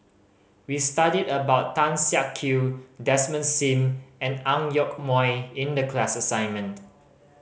we studied about Tan Siak Kew Desmond Sim and Ang Yoke Mooi in the class assignment